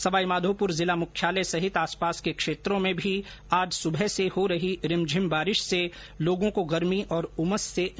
सवाई माधोपुर जिला मुख्यालय सहित आसपास के क्षेत्रों में भी आज सुबह से हो रही रिमझिम बारिश से लोगों को गर्मी और उमस से निजात मिली है